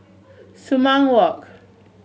Sumang Walk